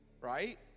right